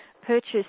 Purchase